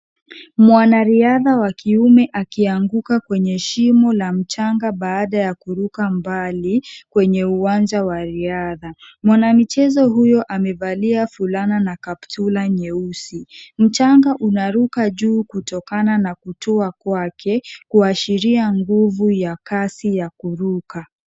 Mwanariadha wa kiume akianguka kwenye shimo la mchanga baada ya kuruka mbali kwenye uwanja wa riadha. Mwanamichezo huyo amevalia fulana na kaptura nyeusi. Mchanga unaruka juu kutokana na kutua kwake kuashiria nguvu ya kasi ya kuruka.